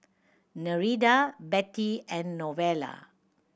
Nereida Bettie and Novella